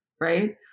right